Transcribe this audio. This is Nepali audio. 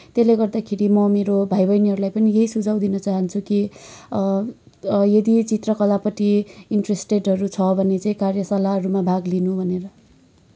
त्यसले गर्दाखेरि म मेरो भाइ बहिनीहरूलाई पनि यही सुझाउ दिन चाहन्छु कि यदि चित्रकलापट्टि इन्ट्रेसटेडहरू छ भने चाहिँ कार्यशालाहरूमा भाग लिनु भनेर